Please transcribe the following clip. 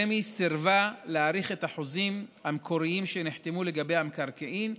רמ"י סירבה להאריך את החוזים המקוריים שנחתמו לגבי המקרקעין,